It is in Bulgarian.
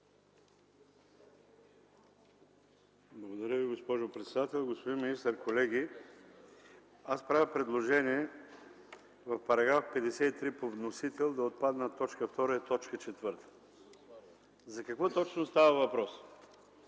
Благодаря, госпожо председател. Господин министър, колеги! Аз правя предложение в § 53 по вносител да отпаднат т. 2 и т. 4. За какво точно става въпрос?